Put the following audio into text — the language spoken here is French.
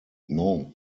non